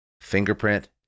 fingerprint